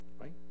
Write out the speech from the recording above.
right